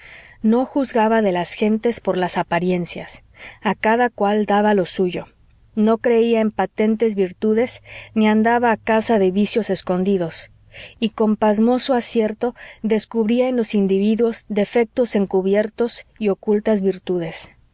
no juzgaba de las gentes por las apariencias a cada cual daba lo suyo no creía en patentes virtudes ni andaba a caza de vicios escondidos y con pasmoso acierto descubría en los individuos defectos encubiertos y ocultas virtudes